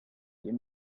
you